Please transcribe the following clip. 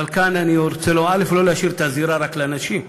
אבל כאן אני לא רוצה להשאיר את הזירה רק לנשים,